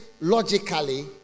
logically